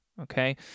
Okay